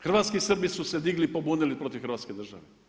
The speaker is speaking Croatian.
Hrvatski Srbi su se digli i pobunili protiv hrvatske države.